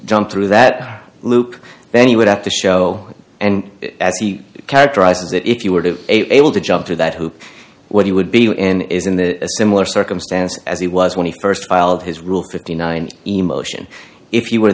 jump through that loop then he would have to show and as he characterized it if you were able to jump through that hoop what he would be in is in the similar circumstance as he was when he st filed his rule fifty nine emotion if you were